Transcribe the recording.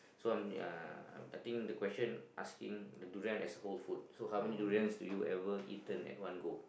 so um I think the question asking the durian as whole fruit so how many durians do you ever eaten at one go